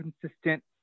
consistent